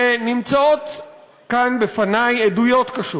נמצאות כאן בפני עדויות קשות,